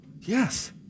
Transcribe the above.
Yes